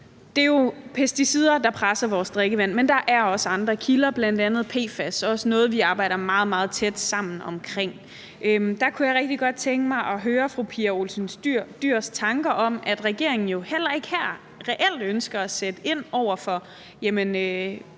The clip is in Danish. Det er jo pesticiderne, der presser vores drikkevand, men der er også andre kilder, bl.a. PFAS, og det er også noget, vi arbejder meget, meget tæt sammen omkring. Der kunne jeg rigtig godt tænke mig at høre fru Pia Olsen Dyhrs tanker om, at regeringen jo heller ikke her reelt ønsker at sætte ind over for det,